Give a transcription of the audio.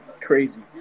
crazy